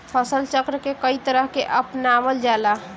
फसल चक्र के कयी तरह के अपनावल जाला?